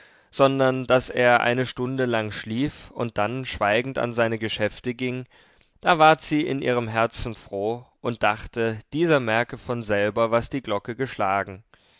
sondern daß er eine stunde lang schlief und dann schweigend an seine geschäfte ging da ward sie in ihrem herzen froh und dachte dieser merke von selber was die glocke geschlagen